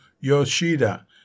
Yoshida